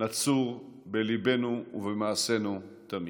נצור בליבנו ובמעשינו תמיד.